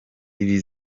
ibi